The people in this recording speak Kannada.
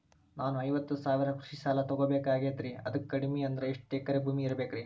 ನಾನು ಐವತ್ತು ಸಾವಿರ ಕೃಷಿ ಸಾಲಾ ತೊಗೋಬೇಕಾಗೈತ್ರಿ ಅದಕ್ ಕಡಿಮಿ ಅಂದ್ರ ಎಷ್ಟ ಎಕರೆ ಭೂಮಿ ಇರಬೇಕ್ರಿ?